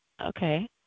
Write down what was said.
Okay